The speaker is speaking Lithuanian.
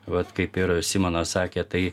vat kaip ir simonas sakė tai